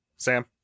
Sam